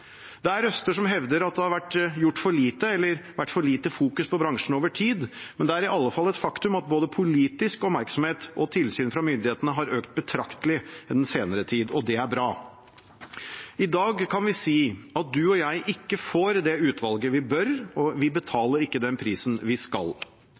Det er røster som hevder at det har vært gjort for lite eller vært for lite fokus på bransjen over tid, men det er iallfall et faktum at både politisk oppmerksomhet og tilsyn fra myndighetene har økt betraktelig i den senere tid, og det er bra. I dag kan vi si at du og jeg ikke får det utvalget vi bør, og vi